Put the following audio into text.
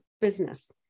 business